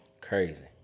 Crazy